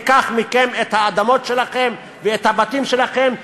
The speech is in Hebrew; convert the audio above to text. ניקח מכם את האדמות שלכם ואת הבתים שלכם,